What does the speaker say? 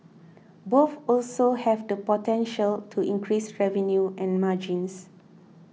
both also have the potential to increase revenue and margins